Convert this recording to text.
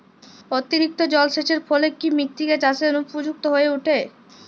অতিরিক্ত জলসেচের ফলে কি মৃত্তিকা চাষের অনুপযুক্ত হয়ে ওঠে?